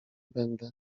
będę